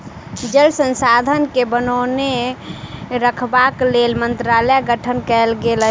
जल संसाधन के बनौने रखबाक लेल मंत्रालयक गठन कयल गेल अछि